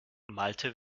malte